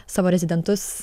savo rezidentus